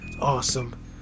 awesome